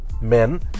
men